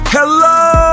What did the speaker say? Hello